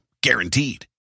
guaranteed